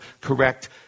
correct